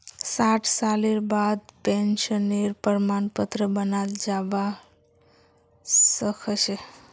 साठ सालेर बादें पेंशनेर प्रमाण पत्र बनाल जाबा सखछे